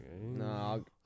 no